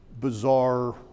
bizarre